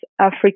Africa